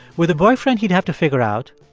with a boyfriend, he'd have to figure out,